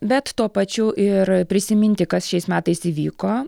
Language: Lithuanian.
bet tuo pačiu ir prisiminti kas šiais metais įvyko